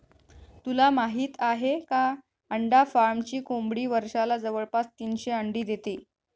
तुला माहित आहे का? अंडा फार्मची कोंबडी वर्षाला जवळपास तीनशे अंडी देते